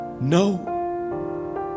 No